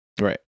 Right